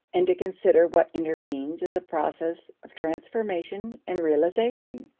and to consider what intervenes as a process of transformation and realization.